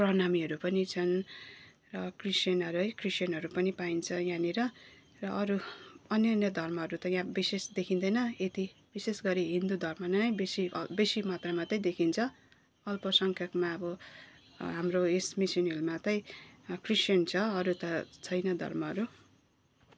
प्रणामीहरू पनि छन् र क्रिस्चियनहरू है क्रिस्चियनहरू पनि पाइन्छ यहाँनिर र अरू अन्य अन्य धर्महरू त यहाँ विशेष देखिँदैन यति विशेष गरी हिन्दू धर्म नै बेसी बेसी मात्रामा चाहिँ देखिन्छ अल्पसङ्ख्यकमा अब हाम्रो यस मिसिनीहरूमा चाहिँ क्रिस्चियन छ अरू त छैन धर्महरू